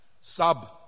Sub